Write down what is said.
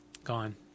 Gone